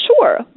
sure